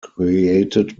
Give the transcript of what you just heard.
created